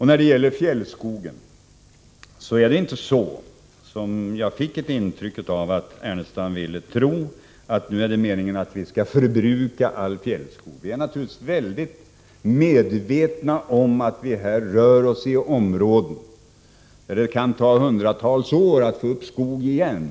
När det gäller fjällskogen är det inte så, som jag fick ett intryck av att Lars Ernestam ville tro, att meningen är att vi nu skall förbruka all fjällskog. Vi är naturligtvis mycket medvetna om att det rör sig om områden där det kan ta hundratals år att få upp skog igen.